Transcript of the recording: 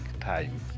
time